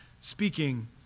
speaking